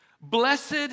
Blessed